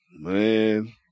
man